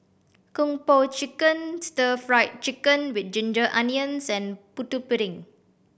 Kung Po Chicken Stir Fried Chicken With Ginger Onions and Putu Piring